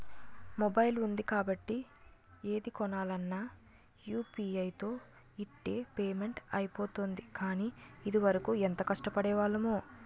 mobile ఉంది కాబట్టి ఏది కొనాలన్నా యూ.పి.ఐ తో ఇట్టే పేమెంట్ అయిపోతోంది కానీ, ఇదివరకు ఎంత కష్టపడేవాళ్లమో